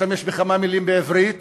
היהודים הם עם בעל זכות להגדרה עצמית.